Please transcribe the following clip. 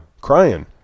crying